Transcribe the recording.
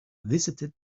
visited